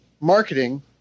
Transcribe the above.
marketing